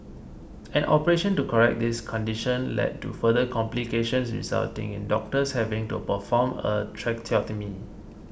an operation to correct this condition led to further complications resulting in doctors having to perform a tracheotomy